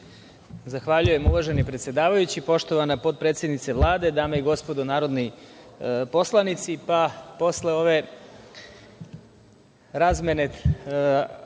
Zahvaljujem uvaženi predsedavajući. Poštovana potpredsednice Vlade, dame i gospodo narodni poslanici, posle ove razmene